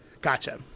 Gotcha